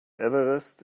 everest